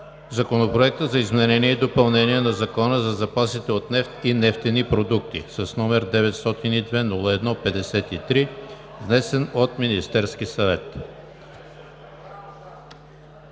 Законопроект за изменение и допълнение на Закона за запасите от нефт и нефтопродукти, № 902-01-53, внесен от Министерския съвет